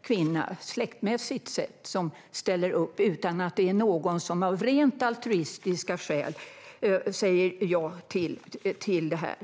släktmässigt sett närstående kvinna som ställer upp utan någon som av rent altruistiska skäl säger ja till det här.